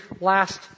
last